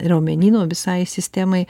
raumenyno visai sistemai